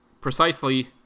precisely